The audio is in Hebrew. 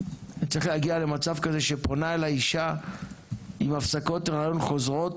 צריך להגיע למצב כזה שפונה אליי אישה עם הפסקות היריון חוזרות